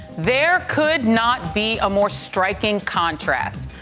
there could not be a more striking contrast.